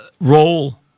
role